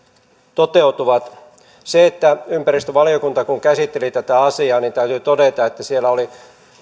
toteutuvat siitä että ympäristövaliokunta käsitteli tätä asiaa täytyy todeta että siellä oli